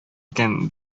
икән